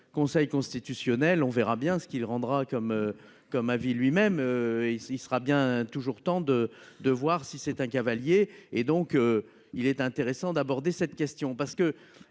Conseil constitutionnel. On verra bien ce qui le rendra comme comme avis lui-même il, il sera bien toujours temps de de voir si c'est un cavalier et donc il est intéressant d'aborder cette question parce que